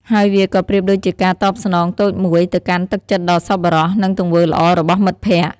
ហើយវាក៏ប្រៀបដូចជាការតបស្នងតូចមួយ ទៅកាន់ទឹកចិត្តដ៏សប្បុរស និងទង្វើល្អរបស់មិត្តភក្តិ។